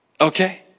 okay